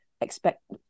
expect